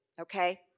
okay